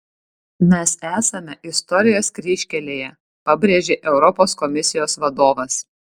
mes esame istorijos kryžkelėje pabrėžė europos komisijos vadovas